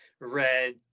red